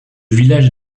village